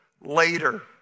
later